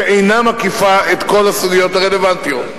שאינה מקיפה את כל הסוגיות הרלוונטיות.